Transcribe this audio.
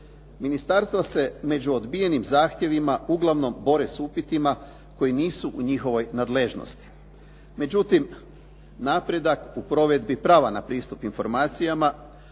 Ministarstvo se među odbijenim zahtjevima uglavnom bore s upitima koji nisu u njihovoj nadležnosti. međutim, napredak u provedbi prava na pristup informacijama